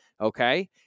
okay